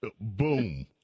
Boom